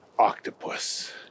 octopus